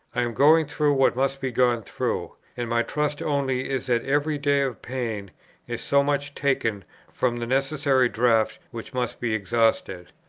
i am going through what must be gone through and my trust only is that every day of pain is so much taken from the necessary draught which must be exhausted.